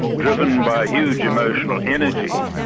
driven by huge emotional energy,